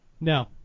No